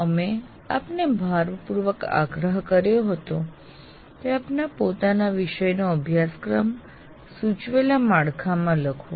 અમે આપને ભારપૂર્વક આગ્રહ કર્યો હતો કે આપના પોતાના વિષયનો અભ્યાસક્રમ સૂચવેલ માળખામાં લખો